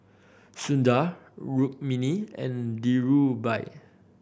Sundar Rukmini and Dhirubhai